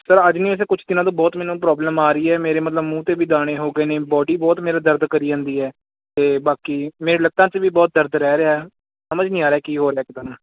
sir ਅੱਜ ਨਹੀਂ ਵੈਸੇ ਕੁਛ ਦਿਨਾਂ ਤੋਂ ਬਹੁਤ ਮੈਨੂੰ ਪ੍ਰੋਬਲਮ ਆ ਰਹੀ ਹੈ ਮੇਰੇ ਮਤਲਬ ਮੂੰਹ 'ਤੇ ਵੀ ਦਾਣੇ ਹੋ ਗਏ ਨੇ ਬੋਡੀ ਬਹੁਤ ਮੇਰੇ ਦਰਦ ਕਰ ਜਾਂਦੀ ਹੈ ਅਤੇ ਬਾਕੀ ਮੇਰੀ ਲੱਤਾਂ 'ਚ ਵੀ ਬਹੁਤ ਦਰਦ ਰਹਿ ਰਿਹਾ ਸਮਝ ਨਹੀਂ ਆ ਰਿਹਾ ਕੀ ਹੋ ਰਿਹਾ ਅੱਜ ਕੱਲ੍ਹ